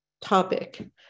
topic